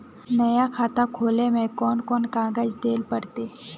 नया खाता खोले में कौन कौन कागज देल पड़ते?